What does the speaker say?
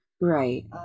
Right